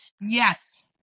Yes